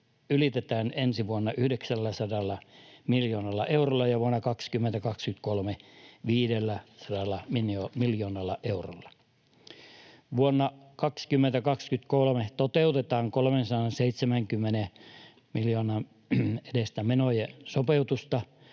ylitetään ensi vuonna 900 miljoonalla eurolla ja 500 miljoonalla eurolla vuonna 2023. Vuonna 2023 toteutetaan 370 miljoonan edestä menojen sopeutusta,